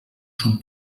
son